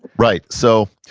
right. so,